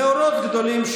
"מאורות גדולים"